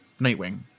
Nightwing